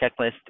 checklist